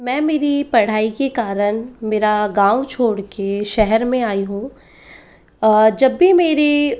मैं मेरी पढ़ाई के कारण मेरा गाँव छोड़ के शहर में आई हूँ जब भी मेरी